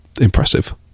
impressive